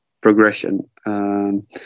progression